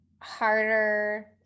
harder